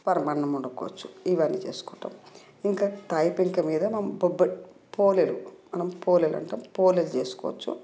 పరమాన్నం వండుకోవచ్చు ఇవన్నీ చేసుకుంటాం ఇంకా కాయి పెంక మీద మనం బొబ్బట్లు పోలేలు మనం పోలేలు అంటే పోలేలు చేసుకోవచ్చు